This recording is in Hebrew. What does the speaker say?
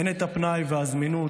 אין את הפנאי והזמינות